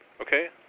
Okay